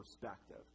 perspective